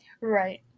Right